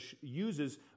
uses